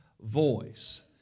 voice